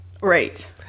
right